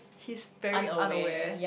he's very unaware